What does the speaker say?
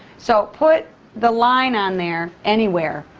so put the line on there anywhere.